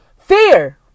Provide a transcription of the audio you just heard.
fear